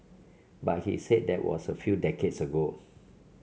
but he said that was a few decades ago